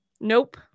Nope